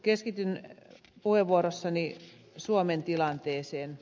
keskityn puheenvuorossani suomen tilanteeseen